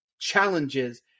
challenges